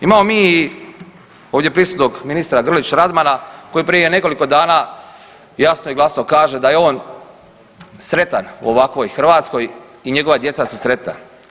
Imamo mi ovdje prisutnog ministra Grlić Radmana koji prije nekoliko dana jasno i glasno kaže da je on sretan u ovakvoj Hrvatskoj i njegova djeca su sretna.